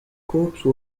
corpse